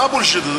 מה הבולשיט הזה?